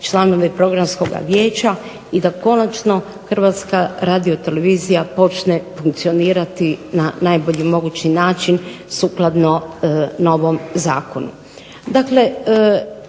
članove Programskoga vijeća i da konačno Hrvatska radiotelevizija počne funkcionirati na najbolji mogući način sukladno novom zakonu.